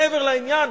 מעבר לעניין?